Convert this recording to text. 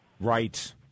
right